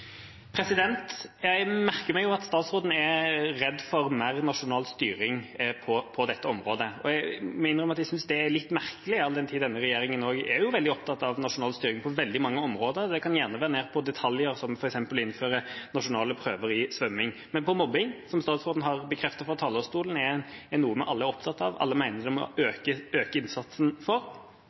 Jeg merker meg at statsråden er redd for mer nasjonal styring på dette området. Jeg må innrømme at jeg synes det er litt merkelig, all den tid denne regjeringa er veldig opptatt av nasjonal styring på veldig mange områder – det kan gjerne være ned på detaljer som f.eks. å innføre nasjonale prøver i svømming. Men når det gjelder mobbing, som statsråden har bekreftet fra talerstolen er noe vi alle er opptatt av og alle mener vi må øke innsatsen mot, vil en ikke gjøre mer på nasjonal styring for